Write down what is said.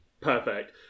Perfect